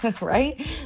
right